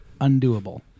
undoable